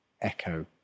echo